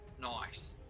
Nice